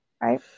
right